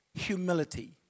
Humility